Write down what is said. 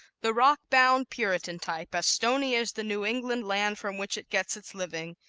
the rock-bound puritan type, as stony as the new england land from which it gets its living,